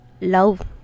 love